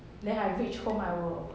then I reach home I will